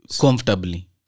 comfortably